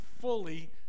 fully